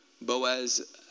Boaz